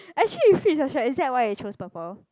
actually it fits your shirt is that why you choose purple